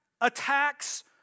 attacks